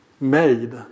made